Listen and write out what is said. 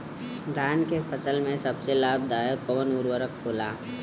धान के फसल में सबसे लाभ दायक कवन उर्वरक होला?